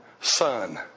son